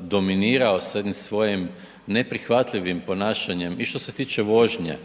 dominirao sa jednim svojim neprihvatljivim ponašanjem i što se tiče vožnje,